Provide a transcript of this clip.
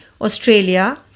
Australia